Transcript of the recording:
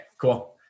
cool